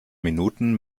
minuten